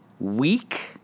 weak